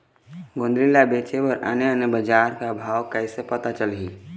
गोंदली ला बेचे बर आने आने बजार का भाव कइसे पता चलही?